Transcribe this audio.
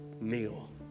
kneel